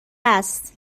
است